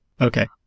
Okay